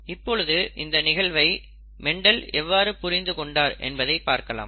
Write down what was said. இப்பொழுது இந்த நிகழ்வை மெண்டல் எவ்வாறு புரிந்து கொண்டார் என்பதை பார்க்கலாம்